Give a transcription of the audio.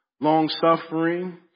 long-suffering